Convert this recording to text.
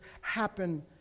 happen